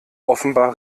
offenbar